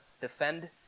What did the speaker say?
defend